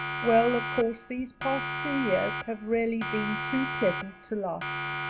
well, of course these past two years have really been too pleasant to last.